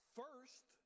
first